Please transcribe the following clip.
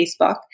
Facebook